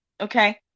Okay